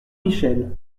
michel